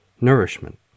nourishment